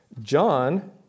John